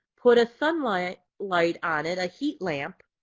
put a sunlight like on it, a heat lamp.